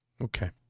Okay